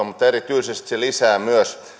mutta erityisesti se lisää myös